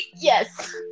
yes